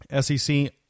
SEC